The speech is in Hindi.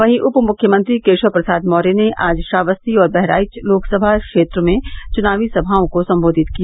वहीं उप मुख्यमंत्री केशव प्रसाद मौर्य ने आज श्रावस्ती और बहराइच लोकसभा क्षेत्र में चुनावी सभाओं को संबोधित किया